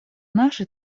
нашей